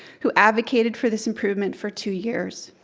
who advocated for this improvement for two years.